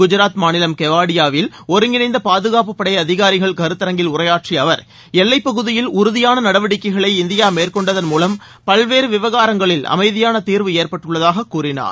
குஜராத் மாநிலம் கேவாடியாவில் ஒருங்கிணைந்த பாதுகாப்புப்படை அதிகாரிகள் கருத்தரங்கில் உரையாற்றிய அவர் எல்லைப்பகுதியில் உறுதியான நடவடிக்கைகளை இந்தியா மேற்கொண்டதன் மூலம் பல்வேறு விவகாரங்களில் அமைதியான தீர்வு ஏற்பட்டுள்ளதாக கூறினார்